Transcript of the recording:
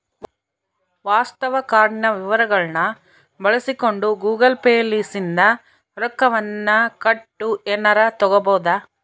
ವಾಸ್ತವ ಕಾರ್ಡಿನ ವಿವರಗಳ್ನ ಬಳಸಿಕೊಂಡು ಗೂಗಲ್ ಪೇ ಲಿಸಿಂದ ರೊಕ್ಕವನ್ನ ಕೊಟ್ಟು ಎನಾರ ತಗಬೊದು